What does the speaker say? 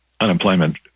unemployment